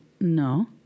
no